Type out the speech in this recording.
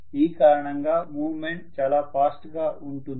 ఈ కారణంగా మూవ్మెంట్ చాలా ఫాస్ట్ గా ఉంటుంది